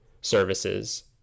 services